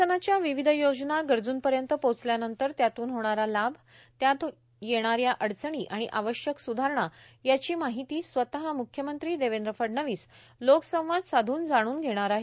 शासनाच्या विविध योजना गरजूंपर्यंत पोहचल्यानंतर त्यातून होणारा लाभ त्यात येणाऱ्या अडचणी आणि आवश्यक सुधारणा याची माहिती स्वतः मुख्यमंत्री देवेंद्र फडणवीस श्लोक संवाद साधून जाणून घेणार आहेत